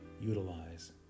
utilize